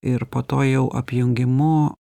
ir po to jau apjungimu